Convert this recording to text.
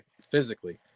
physically